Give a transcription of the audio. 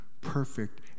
perfect